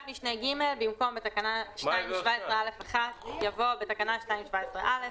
משנה (ג) במקום "בתקנה 2(17)(א)(1)" יבוא "בתקנה 2(17)(א)".